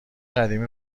قدیمی